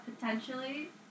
potentially